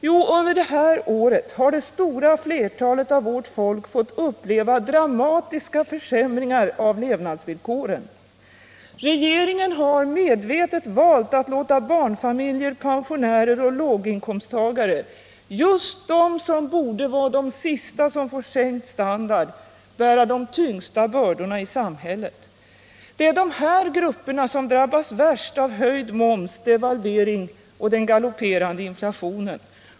Jo, under detta år har det stora flertalet av vårt folk fått uppleva dramatiska försämringar av levnadsvillkoren. Regeringen har medvetet valt att låta barnfamiljer, pensionärer och låginkomsttagare — just de som borde vara de sista som drabbas av sänkt standard — bära de tyngsta bördorna i samhället. Det är dessa grupper som drabbas värst av höjd moms, devalvering och den galopperande inflationen.